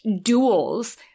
duels